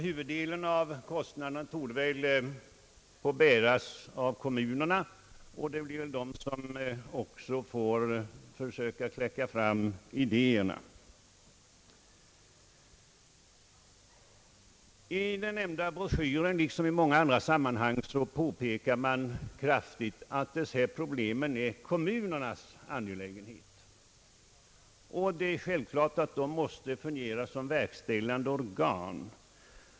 Huvuddelen av kostnaden torde väl få bäras av kommunerna, och det blir dessa som också får försöka kläcka idéerna. I den nämnda broschyren, liksom i många andra sammanhang, påpekas kraftigt att dessa problem är kommunernas angelägenhet. Det är självklart att kommunerna måste fungera som verkställande organ.